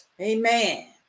amen